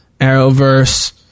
Arrowverse